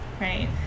right